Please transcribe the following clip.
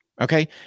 okay